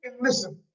listen